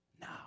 now